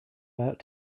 about